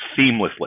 seamlessly